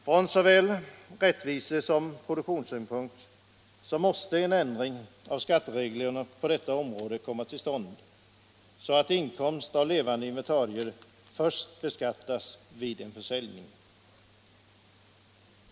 Från såväl rättvise som produktionssynpunkt måste en ändring av skattereglerna på detta område komma till stånd, så att inkomst av levande inventarier beskattas först vid en försäljning.